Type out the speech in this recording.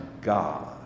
God